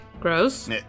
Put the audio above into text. Gross